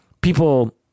people